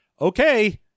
okay